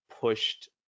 pushed